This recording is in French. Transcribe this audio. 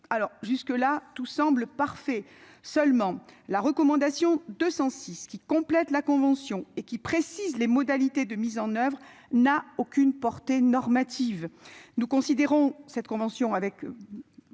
que tout est parfait. Seulement, la recommandation n° 206, qui complète la convention et précise les modalités de sa mise en oeuvre, n'a aucune portée normative.